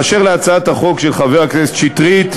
באשר להצעת החוק של חבר הכנסת שטרית,